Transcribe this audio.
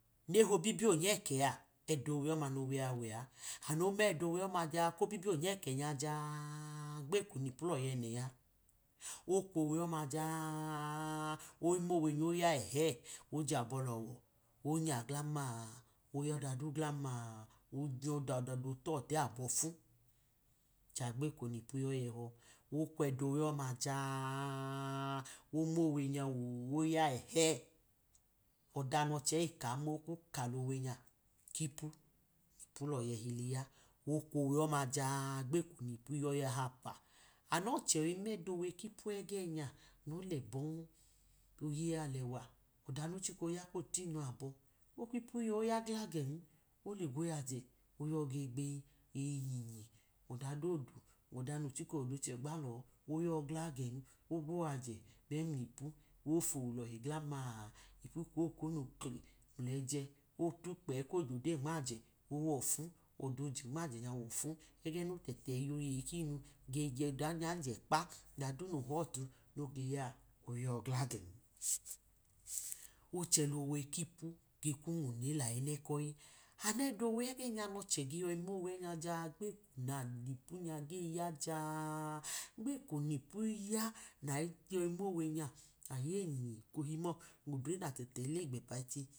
Ne hobibi onyẹkẹ ẹowe ọma nowe wẹ a. Anọ mẹdọ owe kobibi onyẹkẹ nya ja-a gbeko nipu loya ẹnẹ ya, okwo owe ọma jaaa oyi mowe ny oya ẹhẹ ojalo, onya glam-ma, oya dadu glam-ma, oyọ da aboyinu totẹ abọ ọfu, ja gbeko nipyọ yo̱ ẹhọ, okwu ẹdọ owe oma jaaa mowe nya oo oya ẹhẹ, ọda nọchẹ ikam-ma okmika lowe nya kipu. Lọya ẹhili ya, oknu owe ọma ja-a gbeko nipu oya ahapa, amọchẹ omowe ẹdo, ipu ẹgẹ nya, olẹbo̱n, oyeyi alẹwa, ọda no chika oya kotiyimu ạbọ, okwu ipu yọ oya gla gen, noje gmo yaye, oya ge gbeyi, eyinjinyi ọda dodu, ọda no chika ọdo chelọ oyọ glagen, ogwu oyaje me̱mlipu, ofowu olo̱hi glam-ma, ipu kwu okonu kli mlẹjẹ, otukpẹẹ kojodeyi nmaje owọfu, odoje nmaje nya owofu, egẹ no tẹtẹ yinu kiyi gege no tẹtẹ inyanje kpa, ọda du no họtu nogyaa’, oyọ gla gen oche lowe kipu kwu nmune la ene kọyi. Anu owe ege ny nọchẹ ge yoyimedo owe ege nya jaaaa gbeko nayipu nya ge yoyi ya jaaaa gbeko nipu ya nayi yọ mowe nya mọ ekohi odre natẹtẹ ile igbẹpa ẹchi.